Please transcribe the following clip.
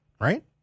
Right